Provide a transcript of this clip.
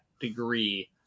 degree